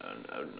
uh uh